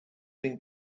been